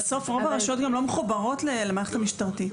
בסוף, רוב הרשויות גם לא מחוברות למערכת המשטרתית.